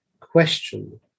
question